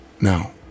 Now